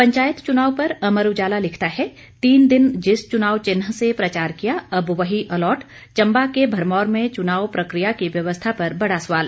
पंचायत चुनाव पर अमर उजाला लिखता है तीन दिन जिस चुनाव चिन्ह से प्रचार किया अब वही अलॉट चंबा के भरमौर में चुनाव प्रक्रिया की व्यवस्था पर बड़ा सवाल